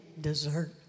dessert